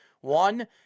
One